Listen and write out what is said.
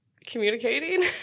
Communicating